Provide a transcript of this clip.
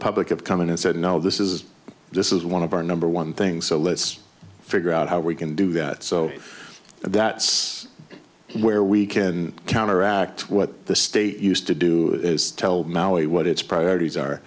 public have come in and said no this is this is one of our number one things so let's figure out how we can do that so that's where we can counteract what the state used to do is tell molly what its priorities are